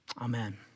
Amen